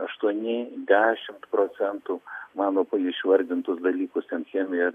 aštuoni dešimt procentų mano išvardintus dalykus ten chemiją ar